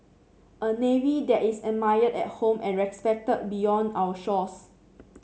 a navy that is admired at home and respected beyond our shores